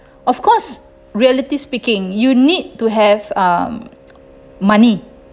of course reality speaking you need to have um money